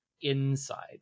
inside